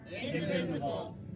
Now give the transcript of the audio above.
indivisible